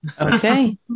Okay